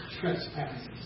trespasses